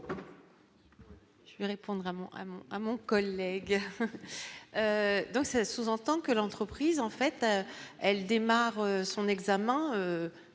à mon à mon collègue donc ça sous-entend que l'entreprise, en fait, elle démarre son examen